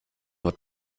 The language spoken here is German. nur